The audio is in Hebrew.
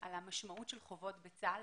על המשמעות של חובות לחייל בצה"ל.